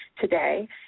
today